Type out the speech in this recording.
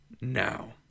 now